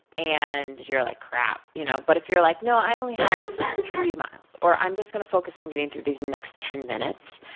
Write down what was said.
and like crap. you know but, if you're like, no i only have three miles, or, i'm just gonna focus on getting through these next ten minutes.